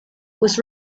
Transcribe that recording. was